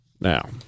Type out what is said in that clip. Now